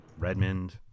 Redmond